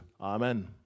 Amen